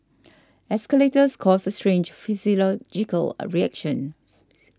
escalators cause a strange logical reaction